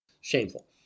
Shameful